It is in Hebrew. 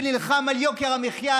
שנלחם על יוקר המחיה,